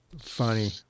funny